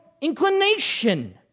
inclination